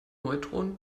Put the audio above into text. neutronen